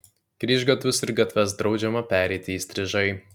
kryžgatvius ir gatves draudžiama pereiti įstrižai